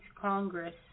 congress